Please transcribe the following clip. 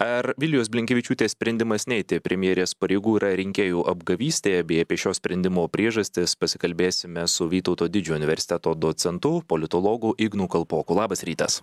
ar vilijos blinkevičiūtės sprendimas neiti premjerės pareigų yra rinkėjų apgavystė bei apie šio sprendimo priežastis pasikalbėsime su vytauto didžiojo universiteto docentu politologu ignu kalpoku labas rytas